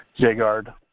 Jagard